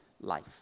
life